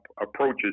approaches